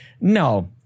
no